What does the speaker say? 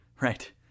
right